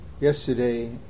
Yesterday